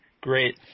Great